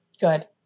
Good